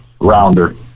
rounder